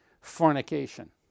fornication